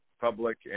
public